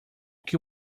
que